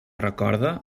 recorde